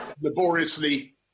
laboriously